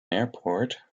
airport